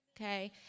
Okay